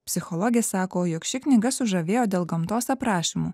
psichologė sako jog ši knyga sužavėjo dėl gamtos aprašymų